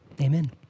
Amen